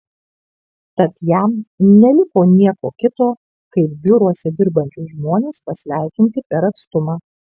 tad jam neliko nieko kito kaip biuruose dirbančius žmones pasveikinti per atstumą